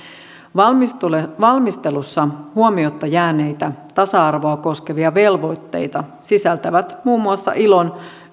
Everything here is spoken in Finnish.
valmistelussa huomiotta jääneitä tasa arvoa koskevia velvoitteita sisältävät muun muassa ilon